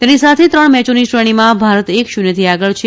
તેની સાથે ત્રણ મેચોની શ્રેણીમાં ભારત એક શૂન્યથી આગળ છે